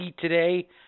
today